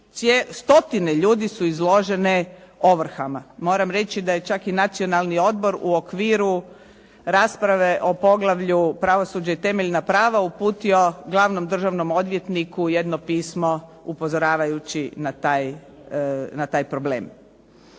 stotine ljudi su izložene ovrhama. Moram reći da je čak i Nacionalni odbor u okviru rasprave o poglavlju – Pravosuđe i temeljna prava uputio glavnom državnom odvjetniku jedno pismo upozoravajući na taj problem.